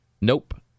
Nope